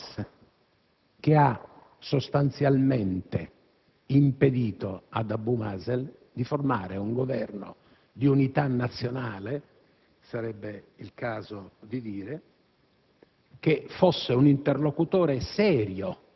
di fronte al risultato elettorale di Hamas, che ha sostanzialmente impedito ad Abu Mazen di formare un Governo di unità nazionale, che fosse